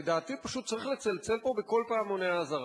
לדעתי, פשוט צריך לצלצל פה בכל פעמוני האזהרה.